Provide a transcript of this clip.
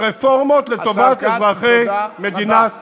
את הרפורמות לטובת אזרחי מדינת ישראל.